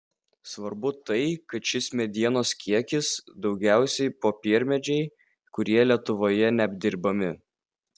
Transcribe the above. svarbu tai kad šis medienos kiekis daugiausiai popiermedžiai kurie lietuvoje neapdirbami